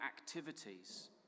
activities